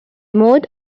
moved